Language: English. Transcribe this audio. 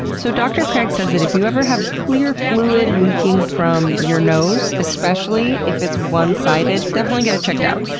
so dr. craig says that if you ever have clear fluid leaking from your nose, especially if it's one sided, definitely get checked out.